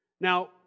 Now